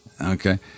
okay